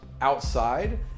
outside